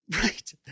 right